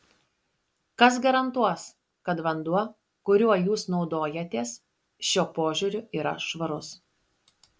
kas garantuos kad vanduo kuriuo jūs naudojatės šiuo požiūriu yra švarus